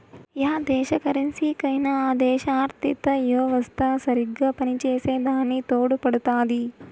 yeah దేశ కరెన్సీకైనా ఆ దేశ ఆర్థిత యెవస్త సరిగ్గా పనిచేసే దాని తోడుపడుతాది